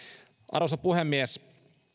arvoisa puhemies